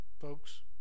folks